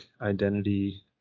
identity